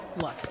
Look